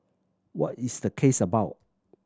what is the case about